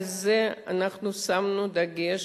על זה אנחנו שמנו דגש